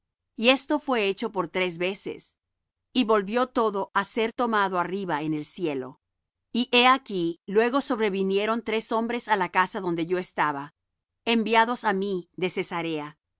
y esto fué hecho por tres veces y volvió todo á ser tomado arriba en el cielo y he aquí luego sobrevinieron tres hombres á la casa donde yo estaba enviados á mí de cesarea